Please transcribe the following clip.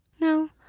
No